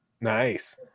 nice